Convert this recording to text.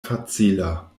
facila